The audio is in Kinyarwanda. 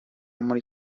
muri